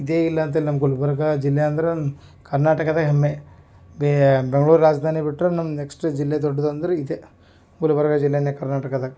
ಇದೇ ಇಲ್ಲ ಅಂತಿಲ್ಲ ನಮ್ಮ ಗುಲ್ಬರ್ಗ ಜಿಲ್ಲೆ ಅಂದ್ರೆ ಕರ್ನಾಟಕದ ಹೆಮ್ಮೆ ಬೆಂಗ್ಳೂರು ರಾಜಧಾನಿ ಬಿಟ್ಟರೆ ನಮ್ಮ ನೆಕ್ಸ್ಟ್ ಜಿಲ್ಲೆ ದೊಡ್ದದು ಅಂದರೆ ಇದೇ ಗುಲ್ಬರ್ಗ ಜಿಲ್ಲೆನೇ ಕರ್ನಾಟಕದಾಗೆ